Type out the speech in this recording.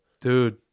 dude